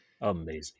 Amazing